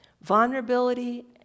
Vulnerability